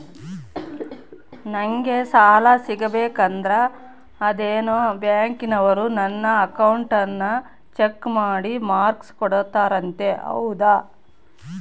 ನಂಗೆ ಸಾಲ ಸಿಗಬೇಕಂದರ ಅದೇನೋ ಬ್ಯಾಂಕನವರು ನನ್ನ ಅಕೌಂಟನ್ನ ಚೆಕ್ ಮಾಡಿ ಮಾರ್ಕ್ಸ್ ಕೊಡ್ತಾರಂತೆ ಹೌದಾ?